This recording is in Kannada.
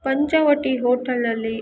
ಪಂಚವಟಿ ಹೋಟಲಲ್ಲಿ